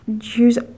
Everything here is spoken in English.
use